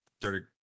dirty